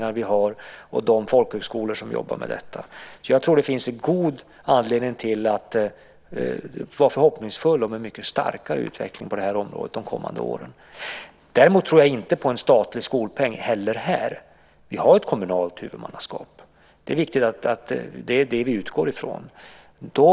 Det gäller även de folkhögskolor som arbetar med detta. Det finns alltså god anledning att vara förhoppningsfull om att vi under de kommande åren får en mycket starkare utveckling på det här området. Däremot tror jag inte heller här på en statlig skolpeng. Vi har ett kommunalt huvudmannaskap. Det är viktigt, och det är det som vi utgår från.